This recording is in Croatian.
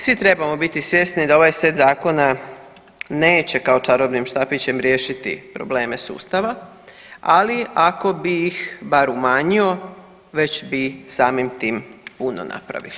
Svi trebamo biti svjesni da ovaj set zakona neće kao čarobnim štapićem riješiti probleme sustava, ali ako bi ih bar umanjio već bi samim tim puno napravili.